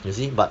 you see but